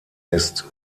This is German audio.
ist